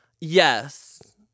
Yes